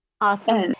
Awesome